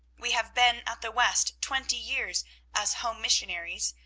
we have been at the west twenty years as home missionaries.